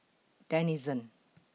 Denizen